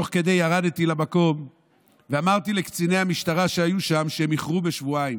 ותוך כדי ירדתי למקום ואמרתי לקציני המשטרה שהיו שם שהם איחרו בשבועיים.